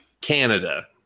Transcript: Canada